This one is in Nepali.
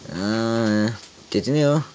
त्यति नै हो